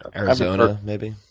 arizona maybe?